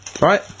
Right